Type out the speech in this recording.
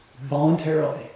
voluntarily